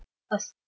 a